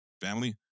family